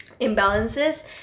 imbalances